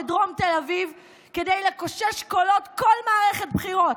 לדרום תל אביב כדי לקושש קולות כל מערכת בחירות.